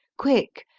quick,